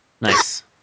Nice